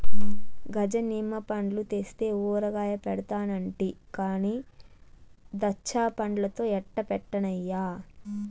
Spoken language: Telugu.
గజ నిమ్మ పండ్లు తెస్తే ఊరగాయ పెడతానంటి కానీ దాచ్చాపండ్లతో ఎట్టా పెట్టన్నయ్యా